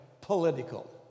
political